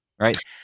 right